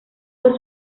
por